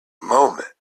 moment